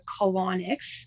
colonics